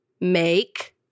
make